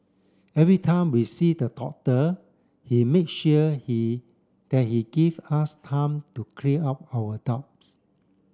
every time we see the doctor he make sure he that he give us time to clear up our doubts